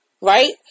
Right